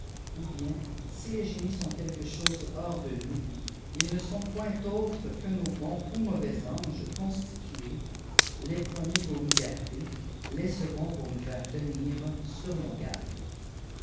ou bien si les génies sont quelque chose hors de nous ils ne sont point autres que nos bons ou mauvais auges constitués les premiers pour nous garder les seconds pour nous faire tenir sur nos gardes